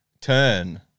turn